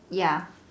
ya